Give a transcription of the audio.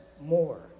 more